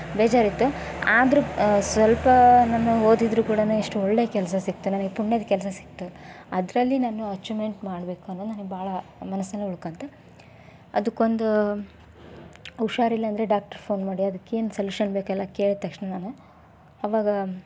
ಬೇಜಾರಿತ್ತು ಆದರೂ ಸ್ವಲ್ಪ ನಾನು ಓದಿದರೂ ಕೂಡ ಎಷ್ಟು ಒಳ್ಳೆಯ ಕೆಲಸ ಸಿಕ್ಕಿತು ನನಗೆ ಪುಣ್ಯದ ಕೆಲಸ ಸಿಕ್ಕಿತು ಅದರಲ್ಲಿ ನಾನು ಅಚೀವ್ಮೆಂಟ್ ಮಾಡ್ಬೇಕು ಅನ್ನೋದು ನನಗೆ ಭಾಳ ಮನಸ್ಸಿನಲ್ಲಿ ಉಳ್ಕೊಂತು ಅದಕ್ಕೊಂದು ಹುಷಾರಿಲ್ಲಾಂದರೆ ಡಾಕ್ಟ್ರಗೆ ಫೋನ್ ಮಾಡಿ ಅದಕ್ಕೇನು ಸೊಲ್ಯೂಶನ್ ಬೇಕು ಎಲ್ಲ ಕೇಳಿದ ತಕ್ಷಣ ನಾನು ಅವಾಗ